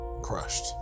Crushed